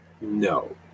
No